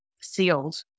Sealed